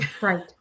Right